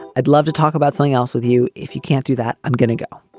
i'd love to talk about something else with you. if you can't do that, i'm going to go.